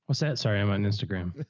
what's that? sorry, i'm on instagram.